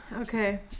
Okay